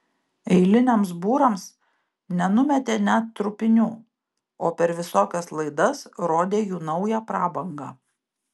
eiliniams būrams nenumetė net trupinių o per visokias laidas rodė jų naują prabangą